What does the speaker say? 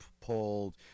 pulled